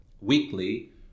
weekly